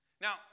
Now